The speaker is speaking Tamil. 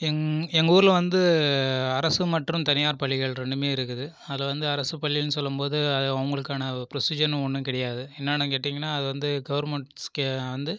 எங்கள் ஊரில் வந்து அரசு மற்றும் தனியார் பள்ளிகள் ரெண்டுமே இருக்குது அதில் வந்து அரசு பள்ளின்னு சொல்லும்போது அவர்களுக்குகாண ப்ரோசிஜர்ன்னு ஒன்றும் கிடையாது என்னன்னு கேட்டீங்கன்னால் அது வந்து கெவர்மண்ட் வந்து